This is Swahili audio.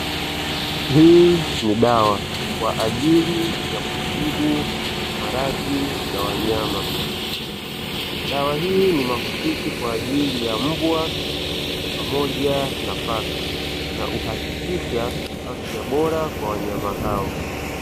Hii ni dawa kwa ajili ya kutibu maradhi ya wanyama, dawa hii ni mahususi kwa ajili ya mbwa pamoja na paka na uhakikisha afya bora kwa wanyama hao.